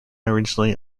originally